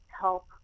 help